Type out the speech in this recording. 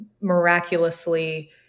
miraculously